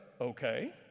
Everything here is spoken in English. okay